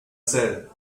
said